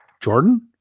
Jordan